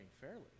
fairly